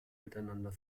miteinander